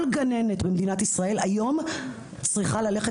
כל גננת במדינת ישראל היום צריכה ללכת